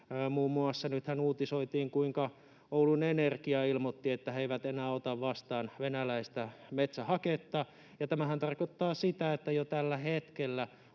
on tehty. Nythän uutisoitiin, kuinka Oulun Energia ilmoitti, että he eivät enää ota vastaan venäläistä metsähaketta, ja tämähän tarkoittaa sitä, että jo tällä hetkellä